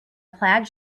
plaid